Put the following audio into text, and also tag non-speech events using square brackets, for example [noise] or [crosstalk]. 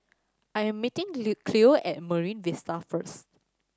I am meeting [unintelligible] Cleo at Marine Vista first